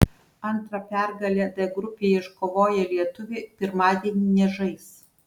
antra pergalę d grupėje iškovoję lietuviai pirmadienį nežais